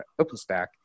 OpenStack